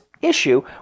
issue